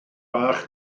bach